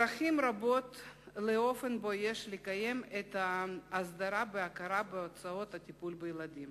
יש דרכים רבות לקיים את ההסדרה בהכרה בהוצאות הטיפול בילדים,